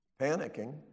panicking